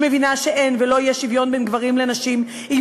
שמבינה שאין ולא יהיה שוויון בין גברים לנשים אם